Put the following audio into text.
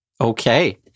okay